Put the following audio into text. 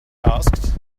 asked